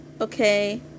okay